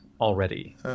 Already